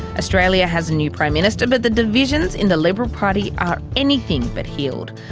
australia has a new prime minister, but the divisions in the liberal party are anything but healed.